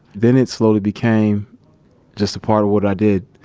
then, it slowly became just a part of what i did.